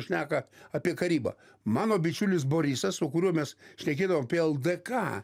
šneka apie karybą mano bičiulis borisas su kuriuo mes šnekėdavom apie ldk